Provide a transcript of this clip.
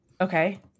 Okay